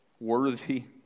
worthy